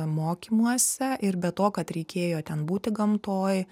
mokymuose ir be to kad reikėjo ten būti gamtoj